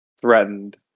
threatened